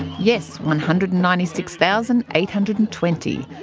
yes, one hundred and ninety six thousand eight hundred and twenty.